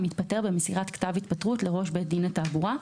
אם התפטר במסירת כתב התפטרות לראש בית דין לתעבורה,